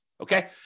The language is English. okay